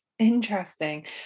Interesting